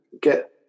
get